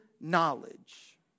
knowledge